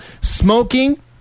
smoking